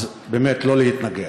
אז באמת, לא להתנגח.